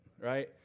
right